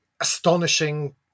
astonishing